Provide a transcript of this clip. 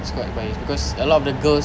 it's quite biased because a lot of the girls